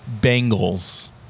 Bengals